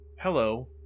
Hello